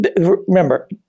remember